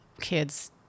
kids